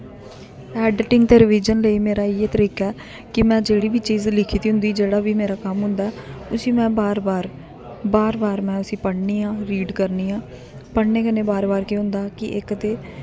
editing ते revision लेई मेरा इ'यै तरीका ऐ कि में जेह्ड़ी बी चीज लिखी दी होंदी जेह्ड़ा बी मेरा कम्म होंदा ऐ उसी में बार बार बार बार में उसी पढ़नी आं रीड करनी आं पढ़ने कन्नै बार बार केह् होंदा कि इक ते